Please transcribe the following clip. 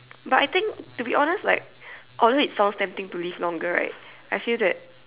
but I think to be honest like although it sounds tempting to live longer right I feel that